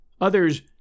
others